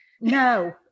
no